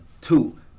Two